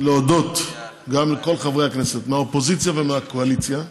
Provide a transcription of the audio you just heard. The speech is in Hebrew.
להודות לכל חברי הכנסת, מהאופוזיציה והקואליציה,